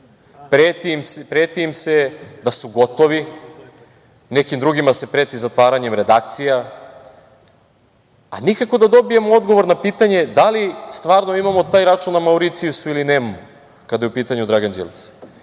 Preti im se da su gotovi, nekim drugima se preti zatvaranjem redakcija, a nikako da dobijemo odgovor na pitanje da li stvarno imamo taj račun na Mauricijusu ili nemamo, kada je u pitanju Dragan Đilas.